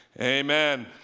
Amen